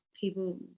people